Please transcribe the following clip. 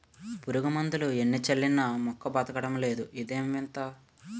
పురుగుమందులు ఎన్ని చల్లినా మొక్క బదకడమే లేదు ఇదేం వింత?